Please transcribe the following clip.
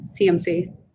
TMC